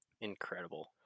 Incredible